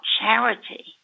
charity